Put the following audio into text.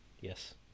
Yes